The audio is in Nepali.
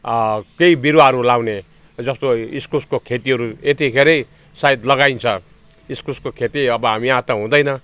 केही बिरुवाहरू लगाउने जस्तो इस्कुसको खेतीहरू यतिखेर सायद लगाइन्छ इस्कुसको खेती अब हामी यहाँ त हुँदैन